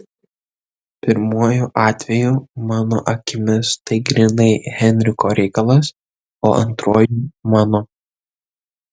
pirmuoju atveju mano akimis tai grynai henriko reikalas o antruoju mano